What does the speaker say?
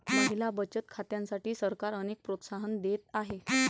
महिला बचत खात्यांसाठी सरकार अनेक प्रोत्साहन देत आहे